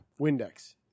Windex